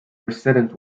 precedent